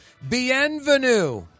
Bienvenue